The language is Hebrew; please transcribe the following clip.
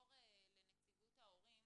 לעבור לנציגות ההורים.